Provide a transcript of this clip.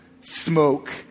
smoke